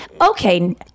okay